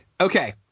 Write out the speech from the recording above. okay